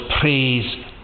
praise